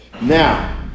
now